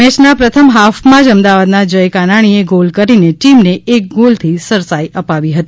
મેચના પ્રથમ હાફમાંજ અમદાવાદના જય કાનાણીએ ગોલ કરીને ટીમેને એક ગોલથી સરસાઈ અપાવી હતી